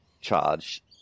charge